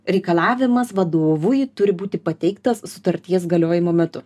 reikalavimas vadovui turi būti pateiktas sutarties galiojimo metu